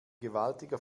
gewaltiger